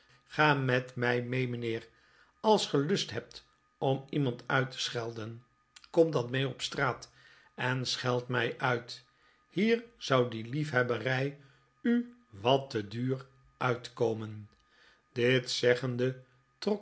ga met mij mee mijnheer als gij lust hebt om iemand uit te sehelden kom dan mee op straat en scheld mij uit hier zou die liefhebberij u wat te duur uitkomen dit zeggende